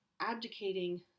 abdicating